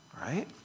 right